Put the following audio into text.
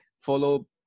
follow